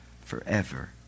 forever